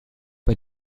bei